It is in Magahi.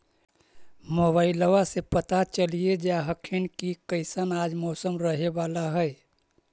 मोबाईलबा से पता चलिये जा हखिन की कैसन आज मौसम रहे बाला है?